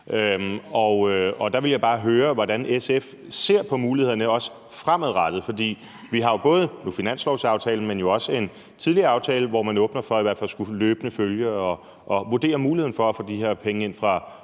og der ville jeg bare høre, hvordan SF ser på mulighederne, også fremadrettet. For vi har jo nu både finanslovsaftalen, men også en tidligere aftale, hvor man i hvert fald åbner for løbende at skulle følge og vurdere muligheden for at få de her penge ind fra